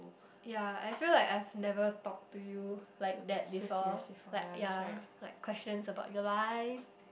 ya I feel like I've never talk to you like that before like ya like questions about your life